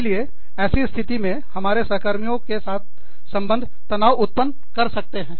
इसीलिए ऐसी स्थिति में हमारे सहकर्मियों के साथ संबंध तनाव उत्पन्न कर सकते हैं